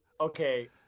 Okay